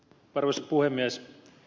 arvoisa puhemies